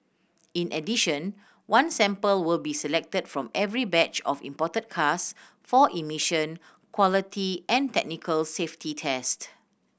in addition one sample will be selected from every batch of imported cars for emission quality and technical safety test